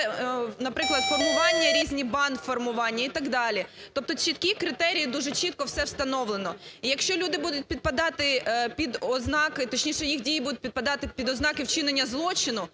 наприклад, формування різні, банди формування і так далі, тобто чіткі критерії, дуже чітко все встановлено. І якщо люди будуть підпадати під ознаки, точніше їх дії будуть підпадати під ознаки вчинення злочину,